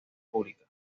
públicas